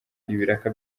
ibiraka